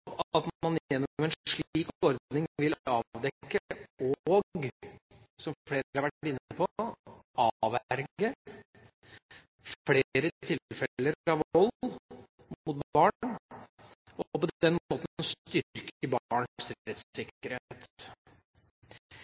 man gjennom en slik ordning vil avdekke – og, som flere har vært inne på, avverge – flere tilfeller av vold mot barn, og på den måten